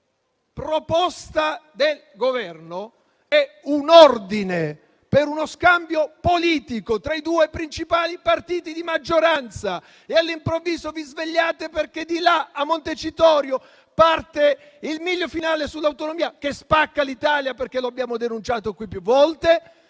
su proposta del Governo, è un ordine per uno scambio politico tra i due principali partiti di maggioranza. All'improvviso vi svegliate perché di là, a Montecitorio, parte il miglio finale sull'autonomia che spacca l'Italia e che abbiamo denunciato qui più volte.